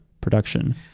production